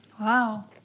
Wow